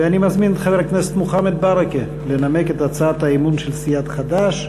אני מזמין את חבר הכנסת מוחמד ברכה לנמק את הצעת האי-אמון של סיעת חד"ש: